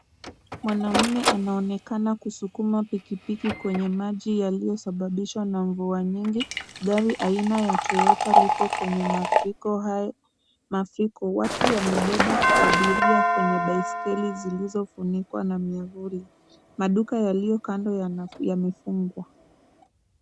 Mwanamume anaonekana kusukuma pikipiki kwenye maji yaliyosababishwa na mvua nyingi. Gari aina ya Toyota lipo kwenye mafuriko. Watu wamebeba abiria kwenye baiskeli zilizofunikwa na miavuli . Maduka yaliyo kando yamefungwa.